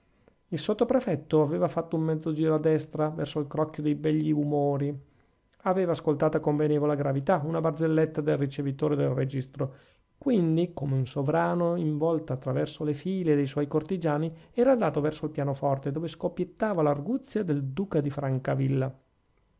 il sottoprefetto aveva fatto un mezzo giro a destra verso il crocchio dei begli umori aveva ascoltata con benevola gravità una barzelletta del ricevitore del registro quindi come un sovrano in volta attraverso le file de suoi cortigiani era andato verso il pianoforte dove scoppiettava l'arguzia del duca di francavilla